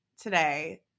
today